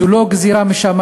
זו לא גזירה משמים.